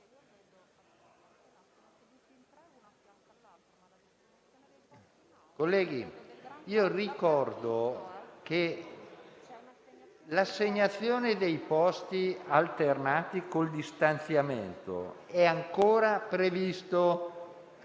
Colleghi, ricordo che l'assegnazione dei posti alternati ed il distanziamento sono ancora previsti,